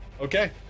Okay